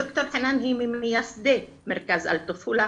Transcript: ד"ר חנאן היא ממייסדי מרכז אלטופולה